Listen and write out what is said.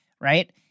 right